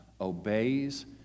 obeys